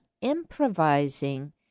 improvising